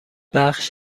بخش